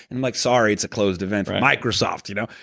and like, sorry, it's a closed event for microsoft you know.